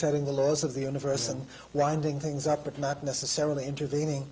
setting the laws of the universe and winding things up but not necessarily intervening